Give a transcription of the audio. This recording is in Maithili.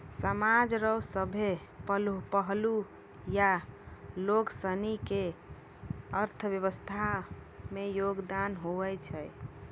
समाज रो सभ्भे पहलू या लोगसनी के अर्थव्यवस्था मे योगदान हुवै छै